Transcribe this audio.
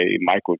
Michael